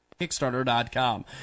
kickstarter.com